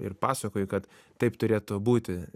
ir pasakoju kad taip turėtų būti